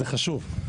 זה חשוב.